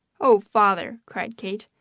oh, father! cried kate.